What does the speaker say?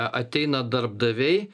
a ateina darbdaviai